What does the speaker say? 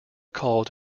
called